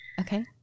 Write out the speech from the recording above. Okay